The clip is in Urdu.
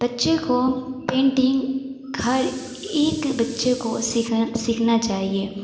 بچّے کو پینٹنگ ہر ایک بچّے کو سیکھا سیکھنا چاہیے